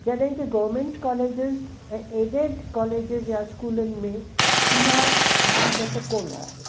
जॾहिं कि government colleges ऐं एडिट कोलेजिस या स्कूलनि में इहा मुसीबत कोन आहे